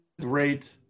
great